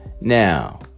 Now